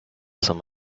some